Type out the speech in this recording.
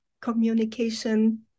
communication